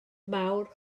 mawr